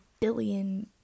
billion